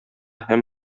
һәм